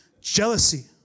Jealousy